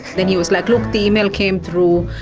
then he was like, look, the email came through,